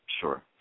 Sure